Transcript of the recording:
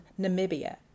Namibia